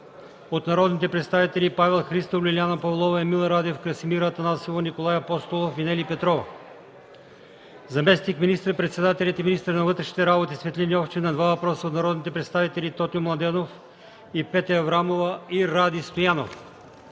от народните представители Павел Христов, Лиляна Павлова, Емил Радев, Красимира Атанасова, Николай Апостолов и Нели Петрова; - заместник министър-председателят и министър на вътрешните работи Цветлин Йовчев на 2 въпроса от народните представители Тотю Младенов и Петя Аврамова, и Ради Стоянов;